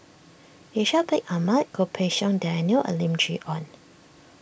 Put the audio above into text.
Ishak Bin Ahmad Goh Pei Siong Daniel and Lim Chee Onn